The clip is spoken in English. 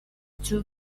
too